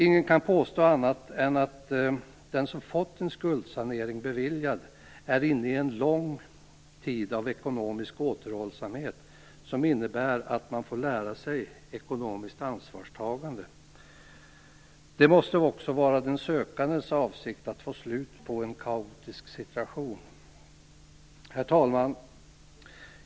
Ingen kan påstå annat än att den som fått en skuldsanering beviljad är inne i en lång tid av ekonomisk återhållsamhet som innebär att man får lära sig ekonomiskt ansvarstagande. Det måste också vara den sökandes avsikt att få slut på en kaotisk situation. Herr talman!